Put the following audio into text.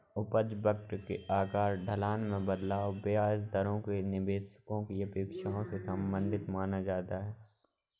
उपज वक्र के आकार, ढलान में बदलाव, ब्याज दरों के लिए निवेशकों की अपेक्षाओं से संबंधित माना जाता है